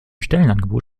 stellenangebot